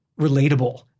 relatable